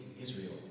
Israel